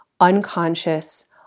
unconscious